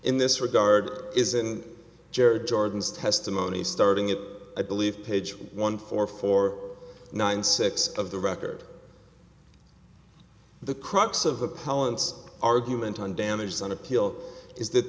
in this regard isn't jerry jordan's testimony starting it i believe page one for four nine six of the record the crux of the palance argument on damages on appeal is that